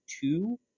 two